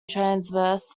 transverse